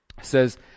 says